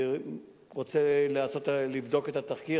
אני רוצה לבדוק את התחקיר.